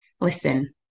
listen